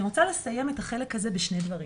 אני רוצה לסיים את החלק הזה בשני דברים.